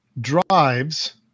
drives